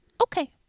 Okay